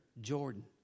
Jordan